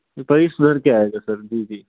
पर ये सुधर के आएगा सर जी जी